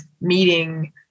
meeting